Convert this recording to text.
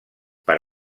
per